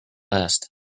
last